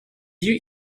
yeux